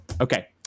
Okay